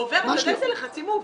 אתה יודע איזה לחצים הוא עובר?